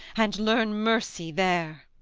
and learn mercy there!